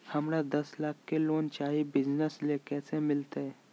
हमरा दस लाख के लोन चाही बिजनस ले, कैसे मिलते?